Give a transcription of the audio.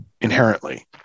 inherently